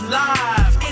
live